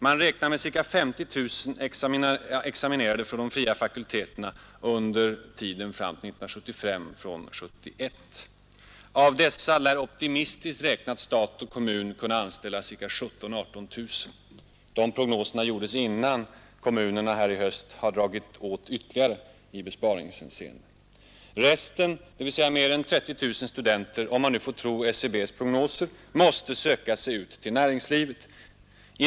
Man räknar med ca 50 000 examinerade från de fria fakulteterna under tiden 1971—1975. Av dessa lär, optimistiskt räknat, stat och kommun kunna anställa 17 000-18 000. De prognoserna gjordes innan kommunerna i höst drog åt ytterligare för att spara pengar. Resten, dvs. mer än 30 000 studenter, måste — om man nu får tro SCB:s prognoser — söka sig ut till näringslivet.